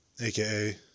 aka